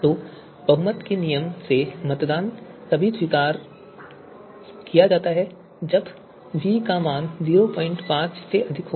तो बहुमत के नियम से मतदान तभी स्वीकार किया जाता है जब v का मान 05 से अधिक हो